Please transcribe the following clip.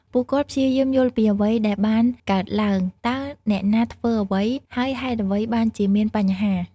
ពួកគាត់ព្យាយាមយល់ពីអ្វីដែលបានកើតឡើង តើអ្នកណាធ្វើអ្វី ហើយហេតុអ្វីបានជាមានបញ្ហា។